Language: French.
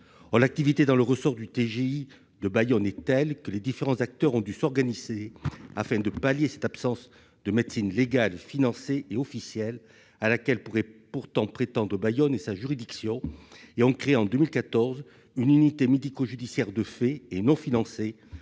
l'activité dans le ressort du TGI de Bayonne est telle que les différents acteurs ont dû s'organiser afin de pallier cette absence de médecine légale financée et officielle, à laquelle pourraient pourtant prétendre Bayonne et sa juridiction : ils ont créé en 2014 une unité médico-judiciaire de fait et non financée,